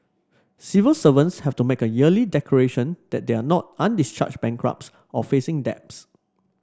civil servants have to make a yearly declaration that they are not undischarged bankrupts or facing debts